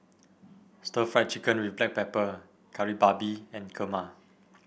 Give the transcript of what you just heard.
Stir Fried Chicken with Black Pepper Kari Babi and Kurma